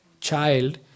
child